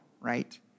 right